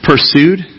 pursued